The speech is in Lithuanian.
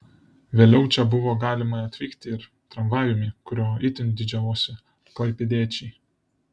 vėliau čia buvo galima atvykti ir tramvajumi kuriuo itin didžiavosi klaipėdiečiai